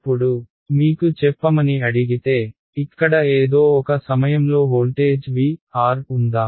ఇప్పుడు మీకు చెప్పమని అడిగితే ఇక్కడ ఏదో ఒక సమయంలో వోల్టేజ్ V ఉందా